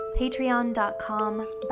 patreon.com